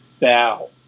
bow